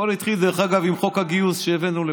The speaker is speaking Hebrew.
הכול התחיל, דרך אגב, עם חוק הגיוס שהבאנו לפה.